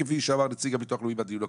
כפי שאמר נציג הביטוח הלאומי בדיון הקודם.